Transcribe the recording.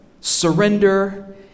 surrender